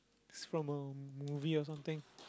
is from a movie or something